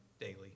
daily